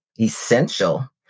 essential